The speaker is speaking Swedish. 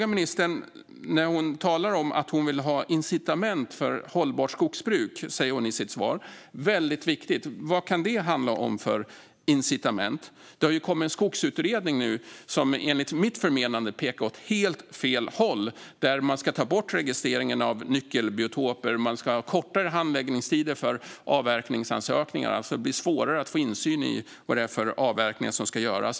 Ministern säger i svaret att hon vill ha incitament för hållbart skogsbruk, och det är viktigt. Vad kan det handla om för incitament? Den skogsutredning som kommit pekar enligt mitt förmenande åt helt fel håll. Man vill ta bort registreringen av nyckelbiotoper och korta handläggningstiderna för avverkningsansökningar, vilket gör det svårare att få insyn i vilka avverkningar som ska göras.